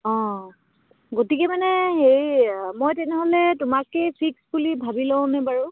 অঁ গতিকে মানে হেৰি মই তেনেহ'লে তোমাকেই ফিক্স বুলি ভাবি লওঁ নে বাৰু